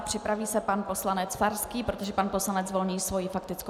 Připraví se pan poslanec Farský, protože pan poslanec Volný svou faktickou stáhl.